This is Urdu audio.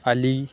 علی